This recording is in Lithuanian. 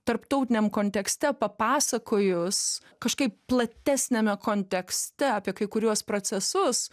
tarptautiniam kontekste papasakojus kažkaip platesniame kontekste apie kai kuriuos procesus